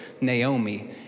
Naomi